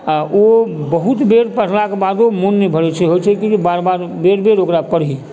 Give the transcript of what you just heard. आओर ओ बहुत बेर पढ़लाके बादो मन नहि भरै छै होइ छै कि बार बार बेरि बेरि ओकरा पढ़ी